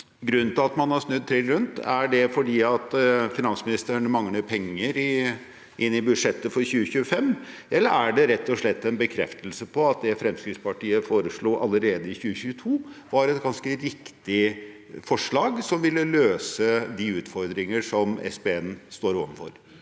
grunnen til at man har snudd trill rundt, at finansministeren mangler penger til budsjettet for 2025, eller er det rett og slett en bekreftelse på at det Fremskrittspartiet foreslo allerede i 2022, var et ganske riktig forslag, som ville løst de utfordringene Statens